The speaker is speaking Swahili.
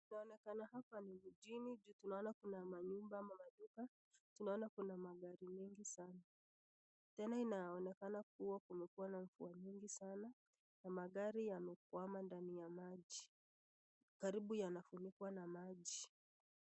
Inaonekana hapa ni mjini. Juu tunaona kuna manyumba ama maduka. Tunaona kuna magari mengi sana. Tena inaonekana kuwa kumekuwa na mvua nyingi sana na magari yamekwama ndani ya maji. Karibu yanafunikwa na maji.